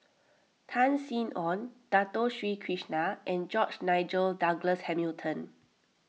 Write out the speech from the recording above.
Tan Sin Aun Dato Sri Krishna and George Nigel Douglas Hamilton